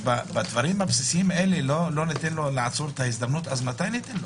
בדברים הבסיסיים האלה לא ניתן לו לעשות את ההזדמנות מתי ניתן לו?